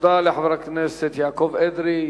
תודה לחבר הכנסת יעקב אדרי.